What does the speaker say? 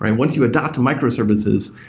and once you adopt microservices,